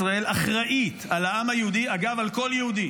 אחראית לעם היהודי, אגב, על כל יהודי